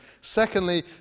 Secondly